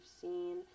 seen